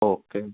okay